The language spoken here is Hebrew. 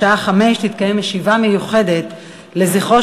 בשעה 17:00 תתקיים ישיבה מיוחדת לזכרו